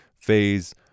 phase